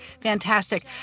Fantastic